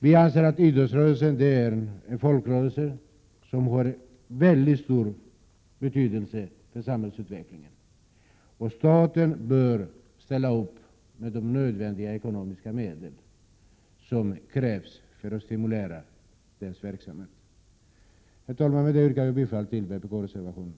Vi anser att idrottsrörelsen är en folkrörelse som har mycket stor betydelse för samhällsutvecklingen, och staten bör ställa de ekonomiska medel till förfogande som krävs för att stimulera den fortsatta verksamheten. Herr talman! Med detta yrkar jag bifall till vpk-reservationen.